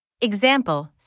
Example